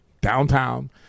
Downtown